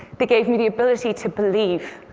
they gave me the ability to believe,